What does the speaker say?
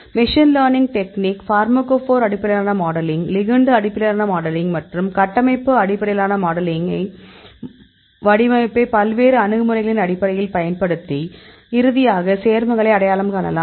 machine learning technique pharmacophore அடிப்படையிலான modeling ligand அடிப்படையிலான modeling மற்றும் கட்டமைப்பு அடிப்படையிலான வடிவமைப்பைப் வெவ்வேறு அணுகுமுறைகளின் அடிப்படையில் பயன்படுத்தி இறுதியாக சேர்மங்களை அடையாளம் காணலாம்